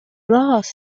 رآس